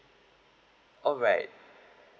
alright